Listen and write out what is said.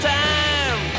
time